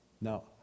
Now